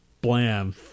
blam